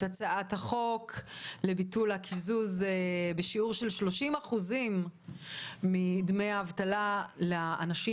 הצעת החוק לביטול הקיזוז בשיעור של 30% מדמי האבטלה לאנשים